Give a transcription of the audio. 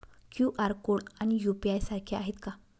QR code आणि UPI सारखे आहेत का?